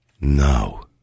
No